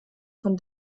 von